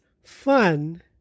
fun